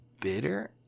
bitter